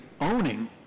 owning